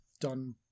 done